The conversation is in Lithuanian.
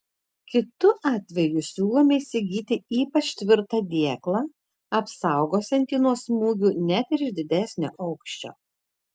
kitu atveju siūlome įsigyti ypač tvirtą dėklą apsaugosiantį nuo smūgių net ir iš didesnio aukščio